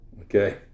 Okay